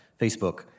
Facebook